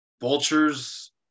Vultures